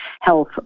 health